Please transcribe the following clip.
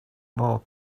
more